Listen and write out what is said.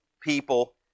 people